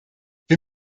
wir